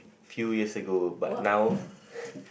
few years ago but now